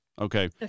okay